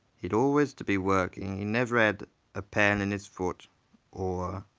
he'd always to be working, he never had a pain in his foot or.